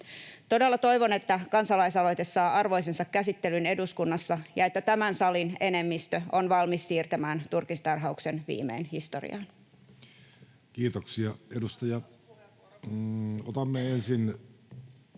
Todella toivon, että kansalaisaloite saa arvoisensa käsittelyn eduskunnassa ja että tämän salin enemmistö on valmis siirtämään turkistarhauksen viimein historiaan. [Speech 110] Speaker: